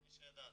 לפני שידעת.